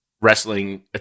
wrestling